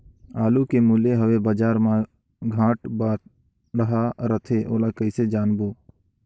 आलू के मूल्य हवे बजार मा घाट बढ़ा रथे ओला कइसे जानबो?